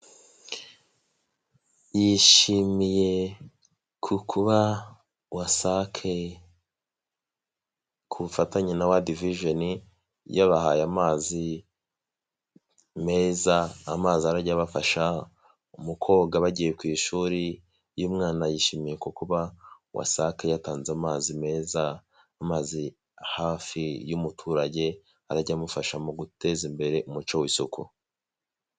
Yshimiye kukuba wasake ku bufatanye na wa wadivijeni, yabahaye amazi meza amazi arajya abafasha mu koga bagiye ku ishuri, uyu umwana yishimiye kukuba wasake yatanze amazi meza, amazi hafi y'umuturage arajya amufasha mu guteza imbere umuco w'isuku.